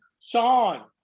Sean